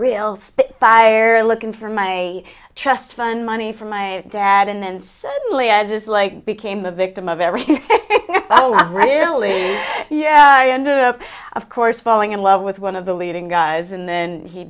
spitfire looking for my trust fund money from my dad and then suddenly i just like became a victim of everything rarely yeah i ended up of course falling in love with one of the leading guys and then he